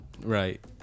right